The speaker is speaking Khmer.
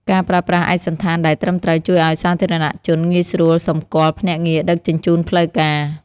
ការប្រើប្រាស់ឯកសណ្ឋានដែលត្រឹមត្រូវជួយឱ្យសាធារណជនងាយស្រួលសម្គាល់ភ្នាក់ងារដឹកជញ្ជូនផ្លូវការ។